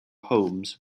homes